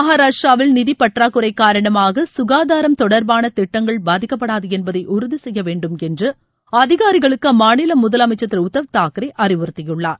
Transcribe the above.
மகாராஷ்டிராவில் நிதி பற்றாக்குறை காரணமாக சுகாதாரம் தொடர்பான திட்டங்கள் பாதிக்கப்படாது என்பதை உறுதி செய்ய வேண்டுமென்று அதிகாரிகளுக்கு அம்மாநில முதலமைச்சர் திரு உத்தவ் தாக்ரே அறிவுறுத்தியுள்ளார்